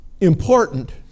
important